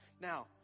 Now